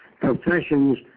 Professions